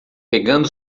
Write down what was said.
pegando